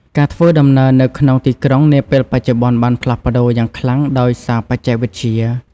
ការធ្វើដំណើរនៅក្នុងទីក្រុងនាពេលបច្ចុប្បន្នបានផ្លាស់ប្តូរយ៉ាងខ្លាំងដោយសារបច្ចេកវិទ្យា។